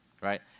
Right